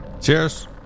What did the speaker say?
Cheers